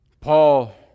Paul